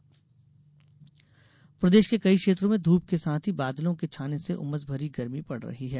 मौसम प्रदेश के कई क्षेत्रों में धूप के साथ ही बादलों के छाने से उमस भरी गर्मी पड़ रही है